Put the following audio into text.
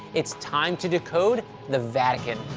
it's time to decode the vatican.